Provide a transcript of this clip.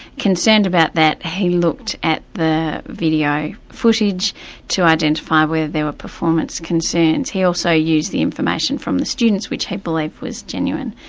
concerned about that, he looked at the video footage to identify whether there were performance concerns. he also used the information from the students, which he believed was genuine.